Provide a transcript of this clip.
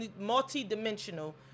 multi-dimensional